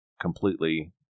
completely